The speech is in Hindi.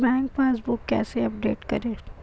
बैंक पासबुक कैसे अपडेट करें?